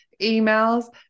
emails